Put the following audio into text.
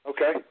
Okay